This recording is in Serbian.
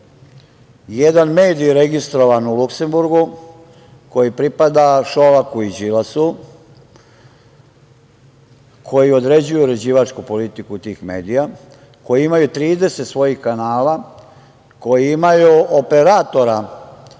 jedan medij registrovan u Luksemburgu, koji pripada Šolaku i Đilasu, koji određuje uređivačku politiku tih medija, koji imaju 30 svojih kanala, koji imaju operatora